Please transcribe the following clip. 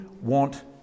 want